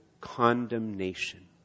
condemnation